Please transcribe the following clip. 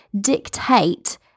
dictate